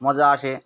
মজা আসে